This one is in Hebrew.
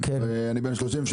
אני בן 33,